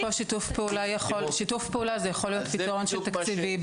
יכול להיות ששיתוף פעולה פה זה גם פתרון תקציבי.